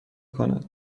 کند